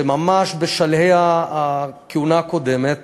שממש בשלהי הכהונה הקודמת